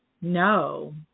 no